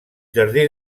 jardí